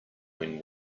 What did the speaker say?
when